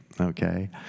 okay